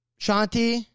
Shanti